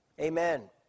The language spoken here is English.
Amen